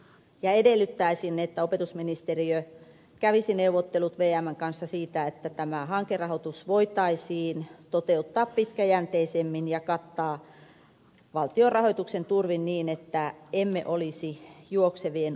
toivoisin ja edellyttäisin että opetusministeriö kävisi neuvottelut vmn kanssa siitä että tämä hankerahoitus voitaisiin toteuttaa pitkäjänteisemmin ja kattaa valtion rahoituksen turvin niin että emme olisi juoksevien oljenkorsien varassa